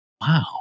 Wow